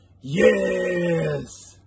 Yes